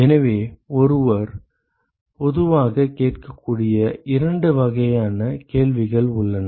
எனவே ஒருவர் பொதுவாகக் கேட்கக்கூடிய இரண்டு வகையான கேள்விகள் உள்ளன